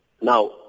Now